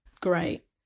great